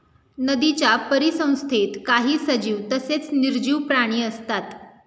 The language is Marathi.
नदीच्या परिसंस्थेत काही सजीव तसेच निर्जीव प्राणी असतात